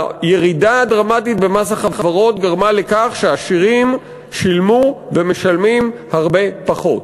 הירידה הדרמטית במס החברות גרמה לכך שהעשירים שילמו ומשלמים הרבה פחות.